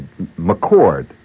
McCord